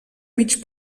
mig